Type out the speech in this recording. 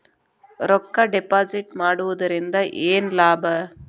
ರೊಕ್ಕ ಡಿಪಾಸಿಟ್ ಮಾಡುವುದರಿಂದ ಏನ್ ಲಾಭ?